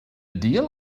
deal